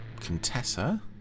Contessa